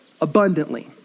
abundantly